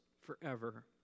forever